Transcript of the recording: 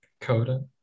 Coda